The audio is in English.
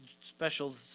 special